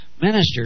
ministers